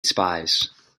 spies